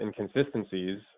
inconsistencies